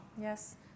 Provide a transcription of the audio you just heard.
Yes